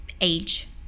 age